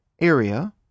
area